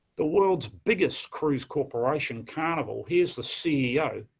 the world's biggest cruise corporation carnival, here's the ceo,